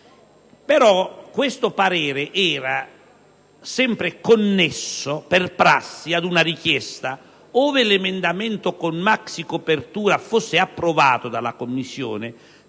però, è stato sempre connesso, per prassi, ad una richiesta: ove l'emendamento con maxi copertura fosse stato approvato dalla Commissione,